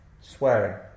Swearing